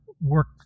work